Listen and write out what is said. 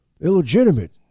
illegitimate